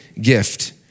gift